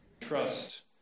Trust